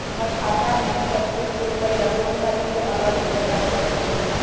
हमर खाता में सकलू से रूपया कोन तारीक के अलऊह बताहु त तनिक?